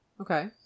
Okay